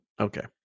okay